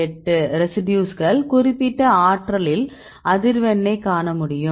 8 ரெசிடியூஸ்கள் குறிப்பிட்ட ஆற்றலில் அதிர்வெண்ணைக் காணமுடியும்